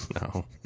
No